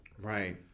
Right